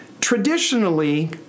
Traditionally